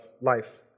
life